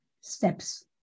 steps